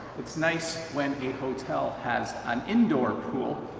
it's nice when a hotel has an indoor pool.